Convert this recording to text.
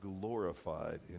glorified